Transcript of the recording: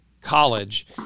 college